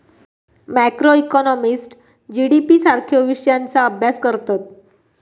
macroeconomist GDP सारख्यो विषयांचा अभ्यास करतत